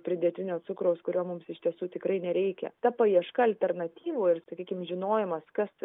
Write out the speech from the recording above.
pridėtinio cukraus kurio mums iš tiesų tikrai nereikia ta paieška alternatyvų ir sakykime žinojimas kas